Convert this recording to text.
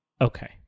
Okay